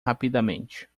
rapidamente